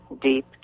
deep